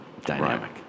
dynamic